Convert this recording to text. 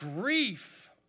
Grief